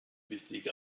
wichtige